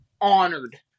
honored